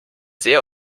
sehr